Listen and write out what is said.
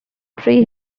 pre